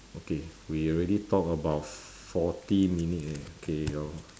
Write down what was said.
okay we already talk about forty minutes already okay lor